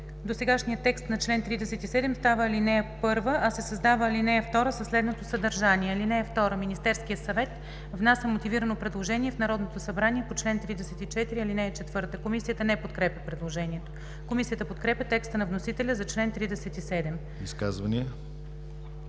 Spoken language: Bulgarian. „Досегашният текст на чл. 37 става ал. 1, а се създава ал. 2 със следното съдържание: „(2) Министерският съвет внася мотивирано предложение в Народното събрание по чл. 34, ал. 4.“ Комисията не подкрепя предложението. Комисията подкрепя текста на вносителя за чл. 37. ПРЕДСЕДАТЕЛ